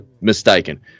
mistaken